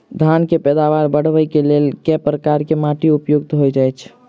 धान केँ पैदावार बढ़बई केँ लेल केँ प्रकार केँ माटि उपयुक्त होइत अछि?